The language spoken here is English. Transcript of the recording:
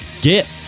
Get